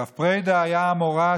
הרב פרידא היה אמורא,